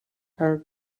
our